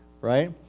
right